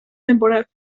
temporal